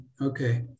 Okay